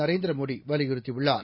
நரேந்திர மோடி வலியுறுத்தியுள்ளார்